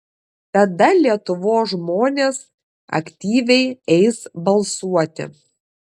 tada lietuvos žmonės aktyviai eis balsuoti